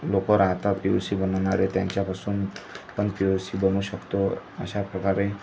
लोकं राहतात P O C बनवणारे त्यांच्यापासून पण पी ओ सी बनवू शकतो अशा प्रकारे